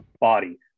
body